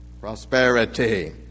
Prosperity